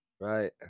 right